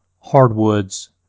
hardwoods